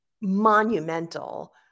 monumental